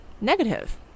negative